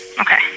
Okay